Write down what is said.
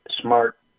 smart